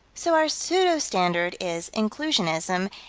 so our pseudo-standard is inclusionism,